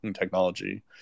technology